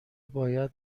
باید